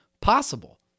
possible